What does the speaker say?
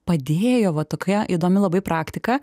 padėjo va tokia įdomi labai praktika